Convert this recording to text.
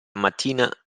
mattina